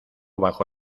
bajo